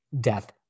death